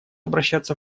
обращаться